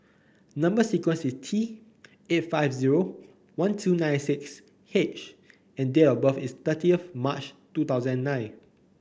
number sequence is T eight five zero one two nine six H and date of birth is thirty March two thousand and nine